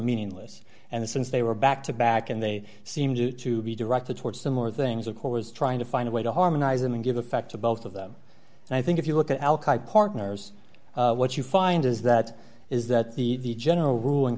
meaningless and since they were back to back and they seemed to be directed towards similar things of course trying to find a way to harmonize them and give effect to both of them and i think if you look at partners what you find is that is that the general rule